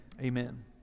amen